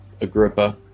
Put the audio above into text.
Agrippa